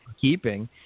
keeping